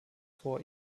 vor